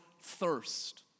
thirst